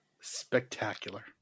Spectacular